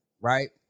right